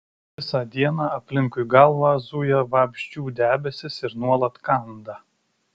visą dieną aplinkui galvą zuja vabzdžių debesys ir nuolat kanda